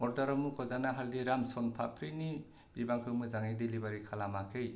अर्डाराव मुंख'जानाय हालदिराम्स स'नपाप्रिनि बिबांखौ मोजाङै डेलिभारि खालामाखै